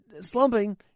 slumping